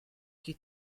die